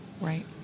Right